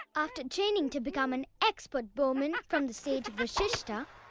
after training to become an expert bowman from the sage vasishta